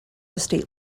state